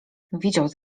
widział